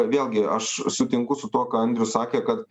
vėlgi aš sutinku su tuo ką andrius sakė kad